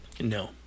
No